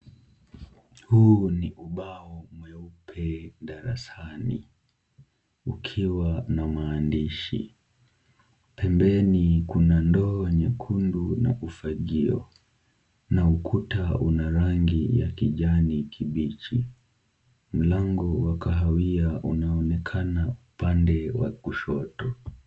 Huu ni ubao mweupe darasani, ukiwa na maandishi. Pembeni kuna ndoo nyekundu na ufagio na ukuta una rangi ya kijani kibichi. Mlango wa kahawia unaonekana upande wa kushoto.